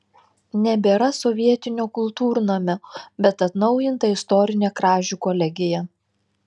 nebėra sovietinio kultūrnamio bet atnaujinta istorinė kražių kolegija